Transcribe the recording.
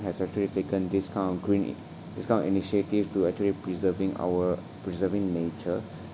has actually taken this kind of green this kind of initiative to actually preserving our preserving nature